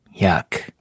Yuck